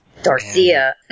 Darcia